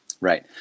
Right